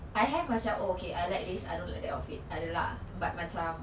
I have macam oh okay I like this I don't like that outfit ada lah but macam